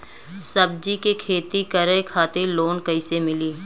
सब्जी के खेती करे खातिर लोन कइसे मिली?